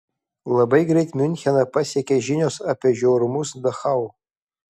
labai greit miuncheną pasiekė žinios apie žiaurumus dachau